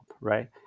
right